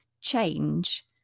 change